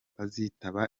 azitaba